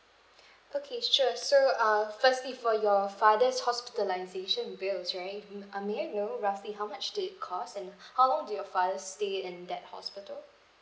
okay sure so uh firstly for your father's hospitalisation bills right mm uh may I know roughly how much did it cost and how long did your father stay in that hospital